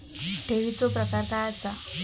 ठेवीचो प्रकार काय असा?